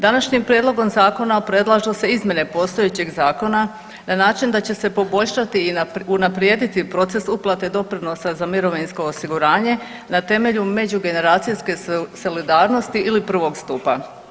Današnjim prijedlogom zakona predlažu se izmjene postojećeg zakona na način da će se poboljšati i unaprijediti proces uplate doprinosa za mirovinsko osiguranje na temelju međugeneracijske solidarnosti ili prvog stupa.